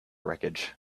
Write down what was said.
wreckage